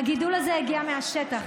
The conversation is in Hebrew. הגידול הזה הגיע מהשטח,